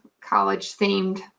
college-themed